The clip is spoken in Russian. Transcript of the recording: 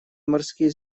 морские